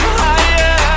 higher